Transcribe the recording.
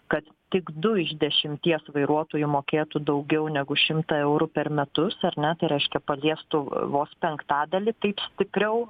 kad tik du iš dešimties vairuotojų mokėtų daugiau negu šimtą eurų per metus ar ne tai reiškia paliestų vos penktadalį taip stipriau